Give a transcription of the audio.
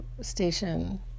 station